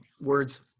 Words